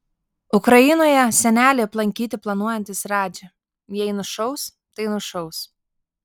ukrainoje senelį aplankyti planuojantis radži jei nušaus tai nušaus